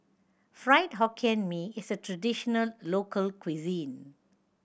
Fried Hokkien Mee is a traditional local cuisine